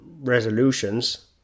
resolutions